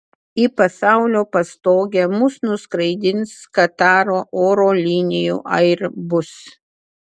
į pasaulio pastogę mus nuskraidins kataro oro linijų airbus